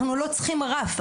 אנחנו לא צריכים רף.